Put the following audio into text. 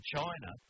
China